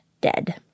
dead